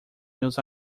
meus